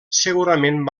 segurament